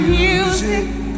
music